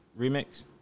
remix